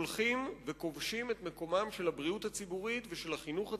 הולכים וכובשים את מקומם של הבריאות הציבורית והחינוך הציבורי.